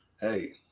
Hey